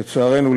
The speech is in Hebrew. לצערנו,